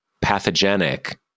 pathogenic